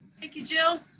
thank you, jill.